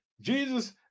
Jesus